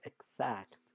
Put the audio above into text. exact